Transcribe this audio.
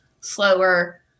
slower